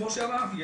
כמו שאמרתי,